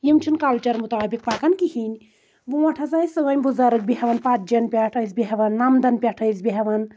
یِم چھنہٕ کلچر مُطابِق پَکان کہیٖنۍ برونٹھ ہسا ٲسۍ سٲنۍ بُزَرٕگ بیٚہوان پتجن پٮ۪ٹھ بیٚہوان نَمدن پؠٹھ ٲسۍ بیٚہوان